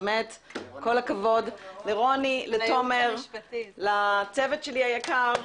כל הכבוד - לרוני, לתומר, לצוות היקר שלי.